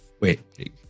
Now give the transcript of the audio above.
Wait